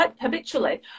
habitually